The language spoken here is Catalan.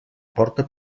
porta